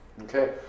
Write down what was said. Okay